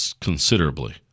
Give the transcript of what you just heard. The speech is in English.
considerably